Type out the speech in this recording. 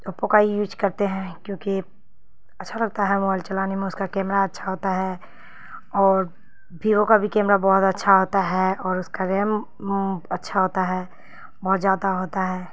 Oppo کا ہی use کرتے ہیں کیونکہ اچھا لگتا ہے موبائل چلانے میں اس کا کیمرہ اچھا ہوتا ہے اور بیوو کا بھی کیمرہ بہت اچھا ہوتا ہے اور اس کا ریم اچھا ہوتا ہے بہت زیادہ ہوتا ہے